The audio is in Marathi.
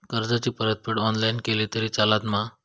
कर्जाची परतफेड ऑनलाइन केली तरी चलता मा?